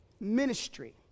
ministry